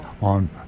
on